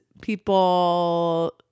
People